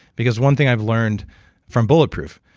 because one thing i've learned from bulletproof.